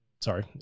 Sorry